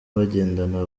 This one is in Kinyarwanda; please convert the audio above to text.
bagendana